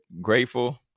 grateful